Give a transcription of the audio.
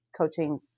coaching